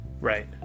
Right